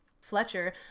fletcher